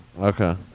Okay